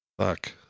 fuck